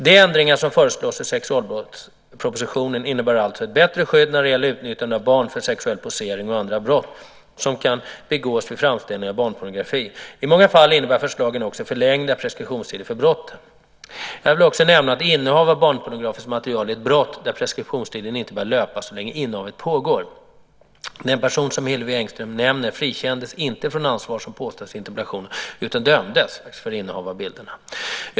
De ändringar som föreslås i sexualbrottspropositionen innebär alltså ett bättre skydd när det gäller utnyttjande av barn för sexuell posering och andra brott som kan begås vid framställning av barnpornografi. I många fall innebär förslagen också förlängda preskriptionstider för brotten. Jag vill också nämna att innehav av barnpornografiskt material är ett brott där preskriptionstiden inte börjar löpa så länge innehavet pågår. Den person som Hillevi Engström nämner frikändes inte från ansvar, som påstås i interpellationen, utan dömdes för innehav av bilderna.